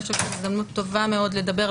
זאת הזדמנות טובה מאוד לדבר,